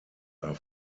are